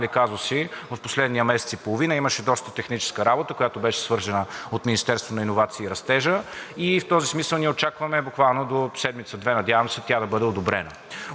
казуси в последния месец и половина, имаше доста техническа работа, която беше свършена от Министерството на иновациите и растежа. В този смисъл ние очакваме буквално до седмица-две, надявам се, тя да бъде одобрена.